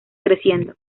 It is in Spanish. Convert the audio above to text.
creciendo